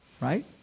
Right